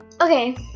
okay